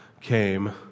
came